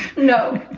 no.